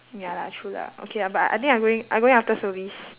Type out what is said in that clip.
ya lah true lah okay ah but I think I going I going after service